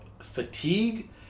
fatigue